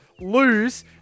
lose